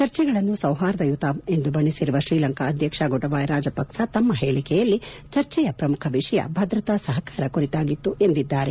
ಚರ್ಚೆಗಳನ್ನು ಸೌಹಾರ್ದಯುತ ಎಂದು ಬಣ್ಣೆಸಿರುವ ಶ್ರೀಲಂಕಾ ಅಧ್ಯಕ್ಷ ಗೋಟಬಾಯ ರಾಜಪಕ್ಷ ಅವರು ತಮ್ಮ ಹೇಳಿಕೆಯಲ್ಲಿ ಚರ್ಚೆಯ ಪ್ರಮುಖ ವಿಷಯ ಭದ್ರತಾ ಸಹಕಾರ ಕುರಿತಾಗಿತ್ತು ಎಂದು ಹೇಳಿದ್ದಾರೆ